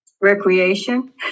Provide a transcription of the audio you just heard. recreation